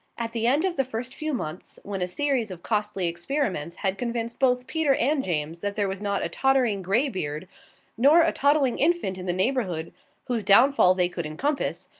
at the end of the first few months, when a series of costly experiments had convinced both peter and james that there was not a tottering grey-beard nor a toddling infant in the neighbourhood whose downfall they could encompass,